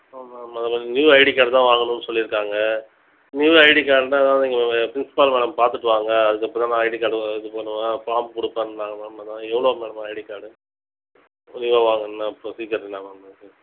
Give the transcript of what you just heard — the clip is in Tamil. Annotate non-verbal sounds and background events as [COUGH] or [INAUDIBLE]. ஆமாம் ஆமாம் மேம் நியூ ஐடி கார்டு தான் வாங்கணும்னு சொல்லியிருக்காங்க நியூ ஐடி கார்டுனா நீங்கள் ப்ரின்ஸ்பால் மேடம் பார்த்துட்டு வாங்க அதுக்கப்புறம் தான் ஐடி கார்டு இது பண்ணுவேன் ஃபார்ம் கொடுப்பேன்னாங்க மேம் அதான் எவ்வளோ மேடம் ஐடி கார்டு இப்பயே வாங்கணும்னா அப்புறம் சீக்கிரத்துல [UNINTELLIGIBLE]